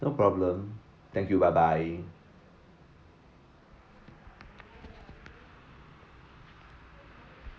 no problem thank you bye bye